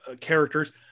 characters